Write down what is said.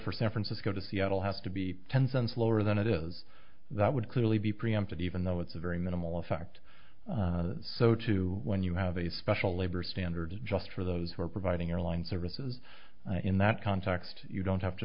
for san francisco to seattle has to be ten cents lower than it is that would clearly be preempted even though it's a very minimal effect so too when you have a special labor standards just for those who are providing airline services in that context you don't have to